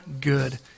good